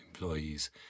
employees